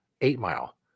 eight-mile